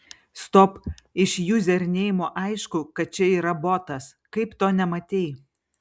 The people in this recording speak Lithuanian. stop iš juzerneimo aišku kad čia yra botas kaip to nematei